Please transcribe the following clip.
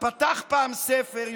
פתח פעם ספר,